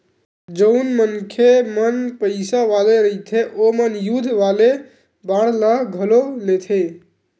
जउन मनखे मन पइसा वाले रहिथे ओमन युद्ध वाले बांड ल घलो लेथे